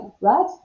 right